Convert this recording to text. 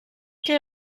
que